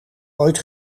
ooit